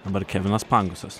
dabar kevinas pangosas